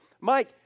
Mike